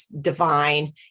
divine